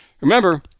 Remember